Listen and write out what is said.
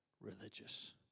religious